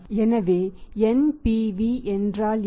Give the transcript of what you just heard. எனவே NPV என்றால் என்ன